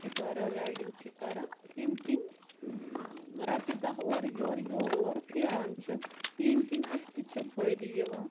shikara riding چھِ کَران ییٚمہِ کنۍ رۄپیہِ دہ اورٕ یورٕ یورٕ اورٕ پھیران چھ ییٚمہِ کِنۍ اَسہِ تہِ چھ فٲیدٕ یِوان